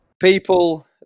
People